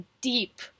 deep